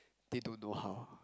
they don't know how